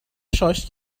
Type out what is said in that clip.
شاش